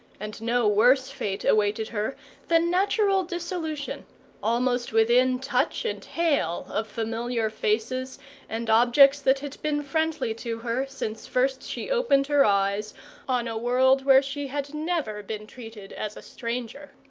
and no worse fate awaited her than natural dissolution almost within touch and hail of familiar faces and objects that had been friendly to her since first she opened her eyes on a world where she had never been treated as a stranger.